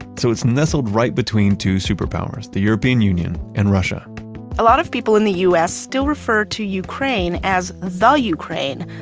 so it's nestled right between two superpowers, the european union and russia a lot of people in the u s. still refer to ukraine as value crane.